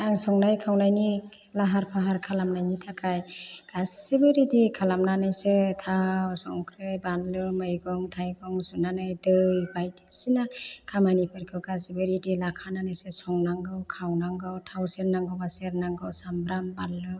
आं संनाय खावनायनि लाहार फाहार खालामनायनि थाखाय गासिबो रेडि खालामनानैसो थाव संख्रि बानलु मैगं थायगं सुनानै दै बायदिसिना खामानिफोरखौ गासिबो रेडि लाखानानैसो संनांगौ खावनांगौ थाव सेरनांगौबा सेरनांगौ सामब्राम बानलु